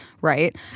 right